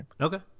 Okay